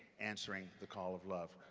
answering the call of love.